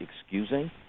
excusing